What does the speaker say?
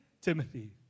Timothy